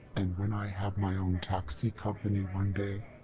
and when i have my own taxi company one day,